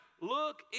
look